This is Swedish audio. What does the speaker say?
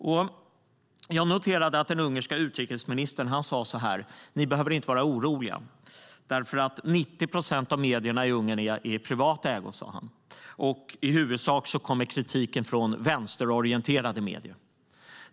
Jag noterade att den ungerska utrikesministern sade så här: Ni behöver inte vara oroliga, därför att 90 procent av medierna i Ungern är i privat ägo, och i huvudsak kommer kritiken från vänsterorienterade medier.